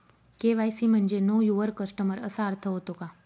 KYC म्हणजे know your customer असा अर्थ होतो का?